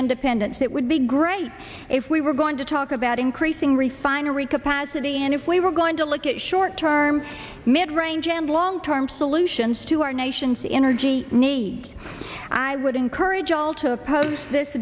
independence that would be great if we were going to talk about increasing refinery capacity and if we were going to look at short term mid range and long term solutions to our nation's energy needs i would encourage all to oppose this